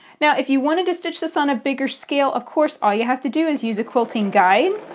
yeah if you wanted to stitch this on a bigger scale of course all you have to do is use a quilting guide.